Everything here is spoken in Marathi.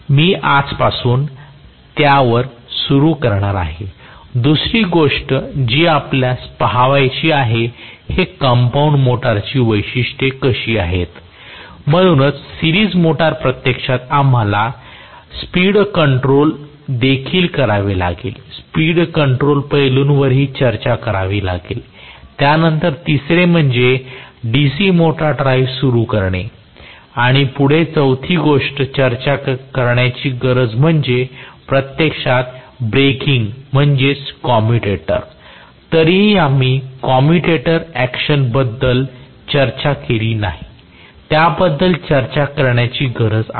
मी आजपासून त्यावर सुरू करणार आहे दुसरी गोष्ट जी आपल्यास पाहावयाची आहे हे कंपाऊंड मोटार ची वैशिट्ये कशी आहेत म्हणूनच सिरीज मोटर प्रत्यक्षात आम्हाला स्पीड कंट्रोल देखील करावे लागेल स्पीड कंट्रोल पैलूंवरही चर्चा करावी लागेल त्यानंतर तिसरे आम्ही DC मोटार ड्राईव्ह सुरू करणे आणि पुढे चौथी गोष्ट चर्चा करण्याची गरज म्हणजे प्रत्यक्षात ब्रेकिंग म्हणजेच कॉमुटेटर तरीही आम्ही कॉमुटेटर ऍक्शन बद्दल चर्चा केलेली नाही याबद्दल चर्चा करण्याची गरज आहे